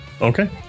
Okay